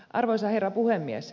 arvoisa herra puhemies